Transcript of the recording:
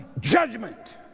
judgment